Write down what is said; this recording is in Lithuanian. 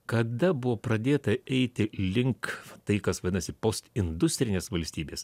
kada buvo pradėta eiti link tai kas vadinasi postindustrinės valstybės